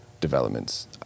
developments